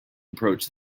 approach